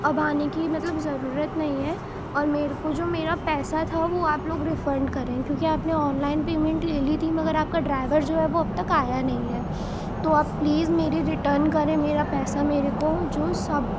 اب آنے کی مطلب ضرورت نہیں ہے اور میرے کو جو میرا پیسہ تھا وہ آپ لوگ ریفنڈ کریں کیونکہ آپ نے آن لائن پیمینٹ لے لی تھی مگر آپ کا ڈرائیور جو ہے اب تک آیا نہیں ہے تو آپ پلیز میری ریٹرن کریں میرا پیسہ میرے کو جو سب